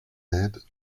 aide